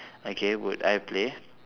okay would I play